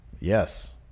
Yes